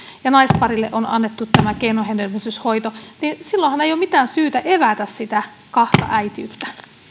ja naisparille on annettu tämä keinohedelmöityshoito niin silloinhan ei ole mitään syytä evätä kahta äitiyttä